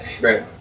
Right